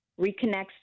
reconnects